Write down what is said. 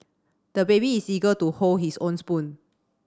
the baby is eager to hold his own spoon